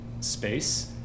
space